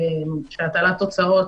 שהטלת הוצאות,